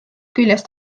küljest